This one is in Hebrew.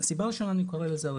הסיבה הראשונה היא רלוונטיות.